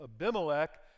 Abimelech